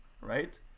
Right